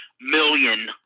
million